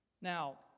Now